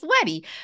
sweaty